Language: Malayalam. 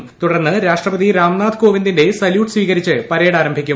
ത്രുടർന്ന് രാഷ്ട്രപതി രാംനാഥ് കോവിന്ദിന്റെ സല്യൂട്ട് സ്വീകരിച്ച് പ്പർ്ർഡ് ആരംഭിക്കും